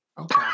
Okay